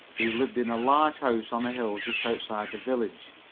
who lived in a large house on a hill just outside the village.